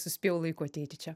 suspėjau laiku ateiti čia